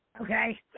Okay